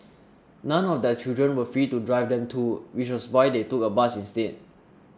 none of their children were free to drive them too which was why they took a bus instead